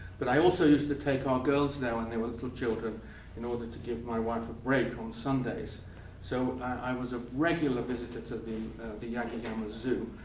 but i also used to take our girls there when they were little children in order to give my wife a break on sundays so i was a regular visitor to the the yagiyama zoo.